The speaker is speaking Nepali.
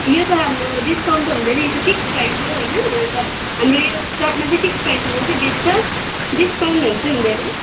यो त हाम्रो डिस्काउन्ट हुँदैन यो त फिक्स प्राइस हो होइन अन्त हाम्रो यो सपमा चाहिँ फिक्स प्राइसमा मात्रै बेच्छ डिस्काउन्टहरू चाहिँ हुँदैन